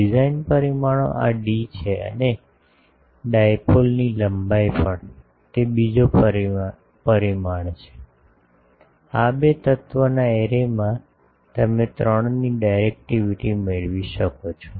design પરિમાણો આ D છે અને ડાઇપોલની લંબાઈ પણ તે બીજો પરિમાણ પણ છે આ બે તત્વના એરેમાં તમે 3 ની ડિરેક્ટિવિટી મેળવી શકો છો